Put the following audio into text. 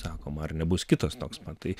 sakom ar nebus kitas toks pat tai